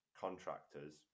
contractors